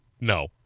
No